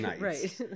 Right